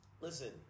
Listen